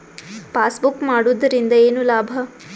Passbook ಮಾಡುದರಿಂದ ಏನು ಲಾಭ?